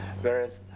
Whereas